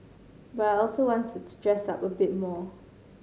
but I also wanted to dress up a bit more